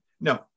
No